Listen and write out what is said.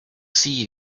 see